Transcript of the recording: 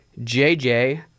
JJ